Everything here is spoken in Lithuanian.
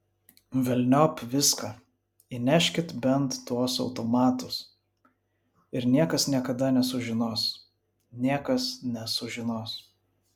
velniop viską įneškit bent tuos automatus ir niekas niekada nesužinos niekas nesužinos